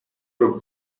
for